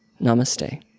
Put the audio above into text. Namaste